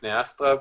התוצאות.